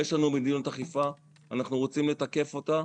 יש לנו מדיניות אכיפה, אנחנו רוצים לתקף אותה.